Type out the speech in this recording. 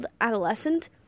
adolescent